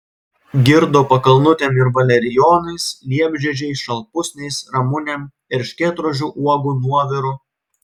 girdo pakalnutėm ir valerijonais liepžiedžiais šalpusniais ramunėm erškėtrožių uogų nuoviru